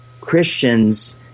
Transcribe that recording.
Christians